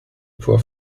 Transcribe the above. poor